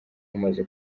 umaze